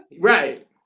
Right